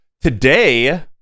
Today